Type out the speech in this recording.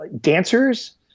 dancers